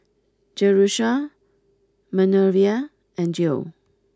Jerusha Manervia and Geo